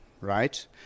right